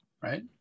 right